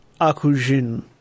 Akujin